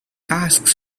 asks